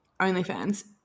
OnlyFans